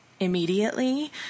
Immediately